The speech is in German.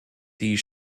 die